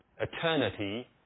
Eternity